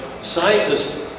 scientists